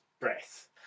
breath